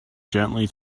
gently